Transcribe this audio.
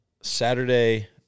Saturday